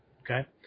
Okay